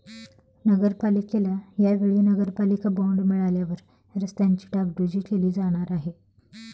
नगरपालिकेला या वेळी नगरपालिका बॉंड मिळाल्यावर रस्त्यांची डागडुजी केली जाणार आहे